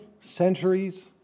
centuries